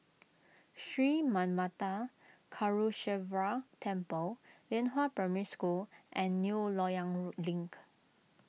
Sri Manmatha Karuneshvarar Temple Lianhua Primary School and New Loyang row Link